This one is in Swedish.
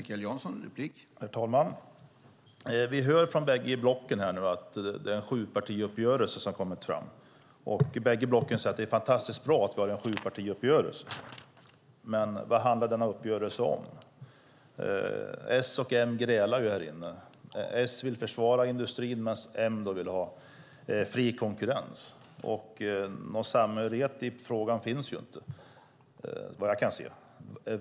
Herr talman! Vi hör från bägge blocken att det är en sjupartiuppgörelse som har kommit fram. Bägge blocken säger att det är fantastiskt bra att vi har en sjupartiuppgörelse. Men vad handlar denna uppgörelse om? S och M grälar här. S vill försvara industrin, medan M vill ha fri konkurrens. Någon samhörighet i frågan finns inte, vad jag kan se.